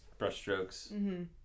brushstrokes